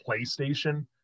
PlayStation